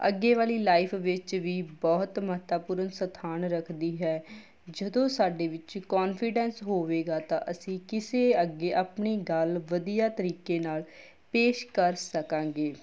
ਅੱਗੇ ਵਾਲੀ ਲਾਈਫ ਵਿੱਚ ਵੀ ਬਹੁਤ ਮਹੱਤਵਪੂਰਨ ਸਥਾਨ ਰੱਖਦੀ ਹੈ ਜਦੋਂ ਸਾਡੇ ਵਿੱਚ ਕੋਨਫੀਡੈਂਸ ਹੋਵੇਗਾ ਤਾਂ ਅਸੀਂ ਕਿਸੇ ਅੱਗੇ ਆਪਣੀ ਗੱਲ ਵਧੀਆ ਤਰੀਕੇ ਨਾਲ ਪੇਸ਼ ਕਰ ਸਕਾਂਗੇ